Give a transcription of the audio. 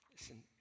Listen